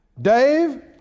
Dave